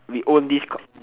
we own this